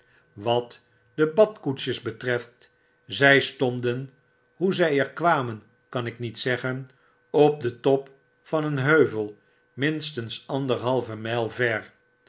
wat de badkoetsjes betreft zy stonden hoe zi er kwamen kan ik niet zeggen op den top van een heuvel minstens anderhalve mijl ver